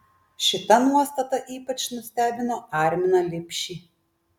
šita nuostata ypač nustebino arminą lipšį